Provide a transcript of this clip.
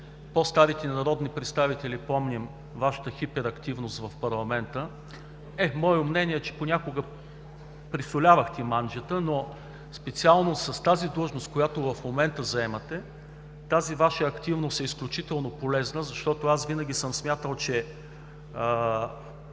По-старите народни представители помним Вашата хиперактивност в парламента. Е, моето мнение е, че понякога пресолвахте манджата, но специално за длъжността, която в момента заемате, тази Ваша активност е изключително полезна. Винаги съм смятал, че